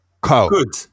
Good